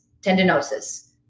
tendinosis